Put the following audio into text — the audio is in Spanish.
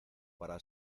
para